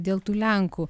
dėl tų lenkų